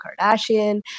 Kardashian